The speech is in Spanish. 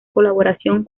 colaboración